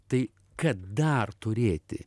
tai kad dar turėti